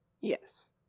Yes